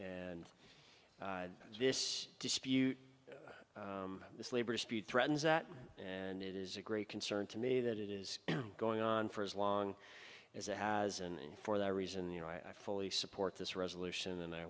and this dispute this labor dispute threatens that and it is a great concern to me that it is going on for as long as it has and for that reason you know i fully support this resolution and i